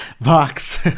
box